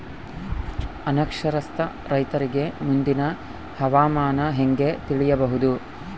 ಅನಕ್ಷರಸ್ಥ ರೈತರಿಗೆ ಮುಂದಿನ ಹವಾಮಾನ ಹೆಂಗೆ ತಿಳಿಯಬಹುದು?